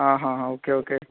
हां हां हां ओके ओके